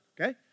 okay